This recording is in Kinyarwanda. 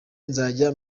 nzajya